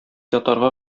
ятарга